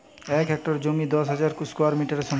এক হেক্টর জমি দশ হাজার স্কোয়ার মিটারের সমান